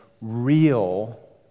real